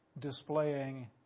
displaying